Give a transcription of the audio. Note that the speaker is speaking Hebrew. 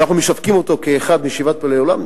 שאנחנו משווקים אותו כאחד משבעת פלאי עולם,